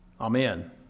amen